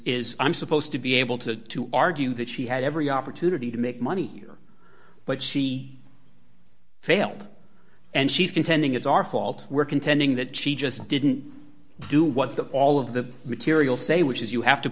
is i'm supposed to be able to to argue that she had every opportunity to make money here but she failed and she's contending it's our fault we're contending that she just didn't do what the all of the material say which is you have to